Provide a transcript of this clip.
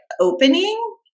opening